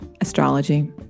astrology